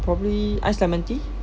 probably ice lemon tea